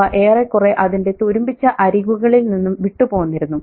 അവ ഏറെക്കുറെ അതിന്റെ തുരുമ്പിച്ച അരികുകളിൽനിന്നും വിട്ടുപോന്നിരുന്നു